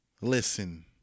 Listen